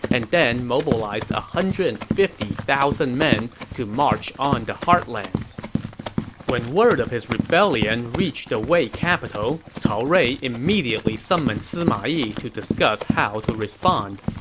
and then mobilized one hundred and fifty thousand men to march on the heartlands when word of his rebellion reached the wei capital, cao rui immediately summoned sima yi to discuss how to respond.